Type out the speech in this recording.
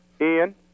Ian